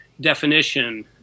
definition